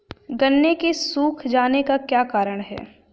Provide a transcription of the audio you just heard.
गन्ने के सूख जाने का क्या कारण है?